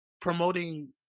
promoting